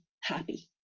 happy